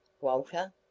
Walter